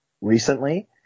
recently